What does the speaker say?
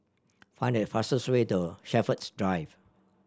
find the fastest way to Shepherds Drive